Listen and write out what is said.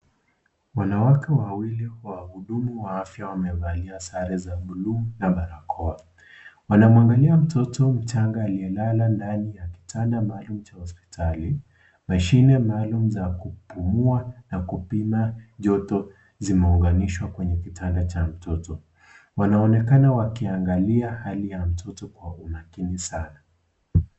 Wanawake wawili wa hudumu wa afya wamevalia sare za buluu na barakoa wanamwangalia mtoto mchanga aliyelala ndani ya kitanda maalum cha hospitali, mashine maalum za kupumua na kupima joto zimeunganyishwa kwenye kitanda cha mtoto ,wanaonekana wakiangalia hali ya mtoto kwa umakini sana.